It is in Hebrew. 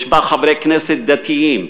יש בה חברי כנסת דתיים,